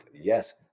Yes